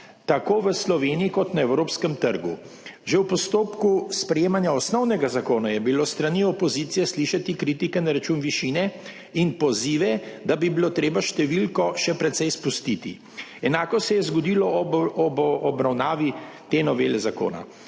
tako v Sloveniji kot na evropskem trgu. Že v postopku sprejemanja osnovnega zakona je bilo s strani opozicije slišati kritike na račun višine in pozive, da bi bilo treba številko še precej spustiti. Enako se je zgodilo ob obravnavi te novele zakona.